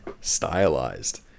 stylized